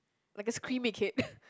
like a screaming kid